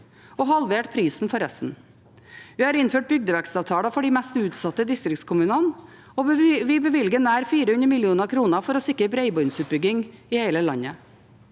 og halvert prisen for resten. Vi har innført bygdevekstavtaler for de mest utsatte distriktskommunene, og vi bevilger nær 400 mill. kr for å sikre bredbåndsutbygging i hele landet.